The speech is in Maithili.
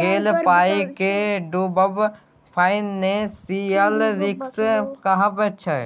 गेल पाइ केर डुबब फाइनेंशियल रिस्क कहाबै छै